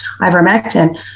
ivermectin